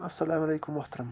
اَسلام علیکُم محترم